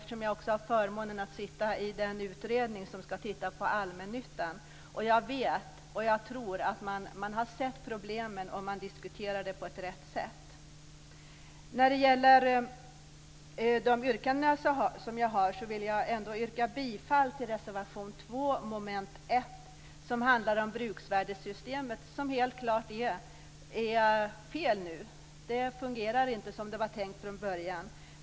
Jag har också förmånen att sitta i den utredning som ska se över allmännyttan. Vi har sett problemen och jag tror att vi diskuterar dem på ett riktigt sätt. Jag vill yrka bifall till reservation 2 under mom. 1 som handlar om bruksvärdessystemet, som helt klart inte fungerar som det var tänkt från början.